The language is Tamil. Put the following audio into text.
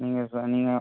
நீங்கள் சொ நீங்கள்